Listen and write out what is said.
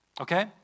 okay